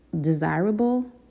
desirable